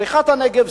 פריחת הנגב,